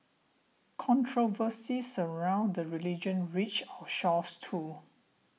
controversies around the religion reached our shores too